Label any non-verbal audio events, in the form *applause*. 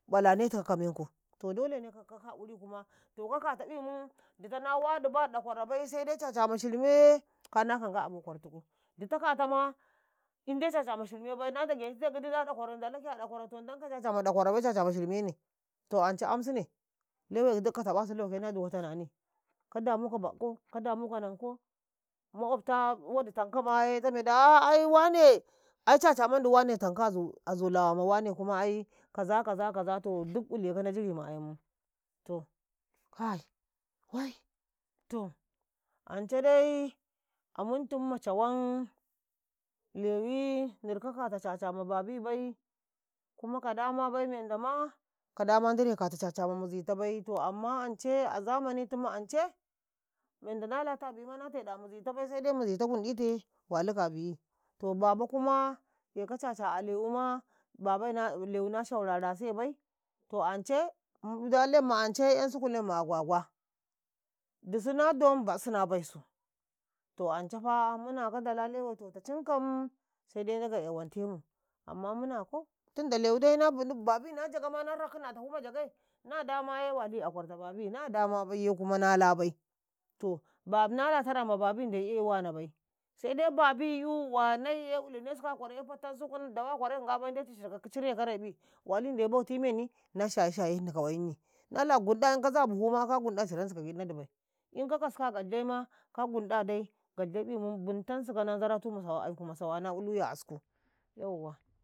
﻿balanetikau ka menko to dolene sai ka eyi kanadi kuma to kakataƃi *hesitation* ditau na wadiba ɗakwarabai sai dai caca ma shirme ye ka naka nga a bo kwartuku dita kata ma in dai caca ma shirme na dagete gidi na ɗakwaro ndalake a ɗakwaro to ndankaye caca ma ɗakwaro ba cacama shirme ne to ance ansine lewai giɗ ka taƃa su lauke na duwoto nani. Ka damuko bakko ka damoko nanko makwobta wadi waɗi tamka maye tame da ai ngabi ai caca mandi tamka a zulawa ma ngabi kuma ai kaza-kaza giɗ ileka na jinta ayammu to *hesitation* *hesitation* ance dai a muntumu ma cawan lewi ndirka kata caca ma babi bai kuma ka dabai menda ma ka mizi ta bai ndire kata caca ma mizitabai sai dai mizi tau ngunɗite waluka a biyi. To babu kuma eka caca a lewima lewi na 'yara kalisebai to ance lemma ancai 'yansuku lemma ma agwagwa dusu na don bassu na baisu, to ancefa munaka ndala lewai totacinkum sai dai Ndage 'yawante mu amma munako tinda lewidai babi na jaga na rakinni a tafu ma jagai naka sa njawasiye wali a kwarta babui naka sa njawa baiye na nda bai. To nala tara ma babi ndai eyi wanabai sai dai babi "yu wanaiye ilene sikau a kwaraye fatansu kun dawa kwarai ka ngabaiye ndetu cir cirka karaiyi ndai bauti meni na sina -sina hini ka kwayinyi. Na ngunɗa in ka za *unintelligible* ka gunɗe ciransikau giɗ na dibai in ka kaskau a ngal jai ma ka ngunɗa dai ngaljaiƃi bintansi kau na nzaratuta aiku ma sawa na iluy a asku yauwa